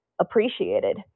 appreciated